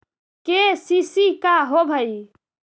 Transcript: KCC का होव हइ?